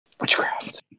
witchcraft